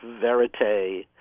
verite